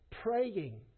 praying